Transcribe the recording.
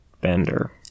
bender